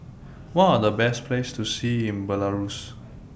What Are The Best Places to See in Belarus